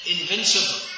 invincible